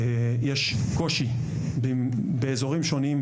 יש קושי באזורים שונים,